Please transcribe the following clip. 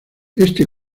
este